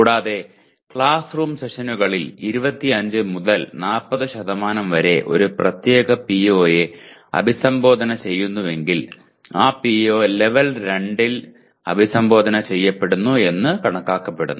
കൂടാതെ class room സെഷനുകളിൽ 25 മുതൽ 40 വരെ ഒരു പ്രത്യേക PO യെ അഭിസംബോധന ചെയ്യുന്നുവെങ്കിൽ ആ PO ലെവൽ 2 വിൽ അഭിസംബോധന ചെയ്യപ്പെടുന്നു എന്ന് കണക്കാക്കപ്പെടുന്നു